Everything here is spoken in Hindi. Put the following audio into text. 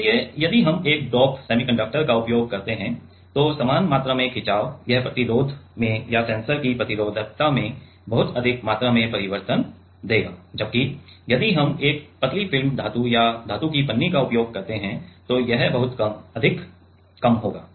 इसलिए यदि हम एक डोप सेमीकंडक्टर का उपयोग करते हैं तो समान मात्रा में खिंचाव यह प्रतिरोध में या सेंसर की प्रतिरोधकता में बहुत अधिक मात्रा में परिवर्तन देगा जबकि यदि हम एक पतली फिल्म धातु या धातु की पन्नी का उपयोग करते हैं तो यह बहुत अधिक कम होगा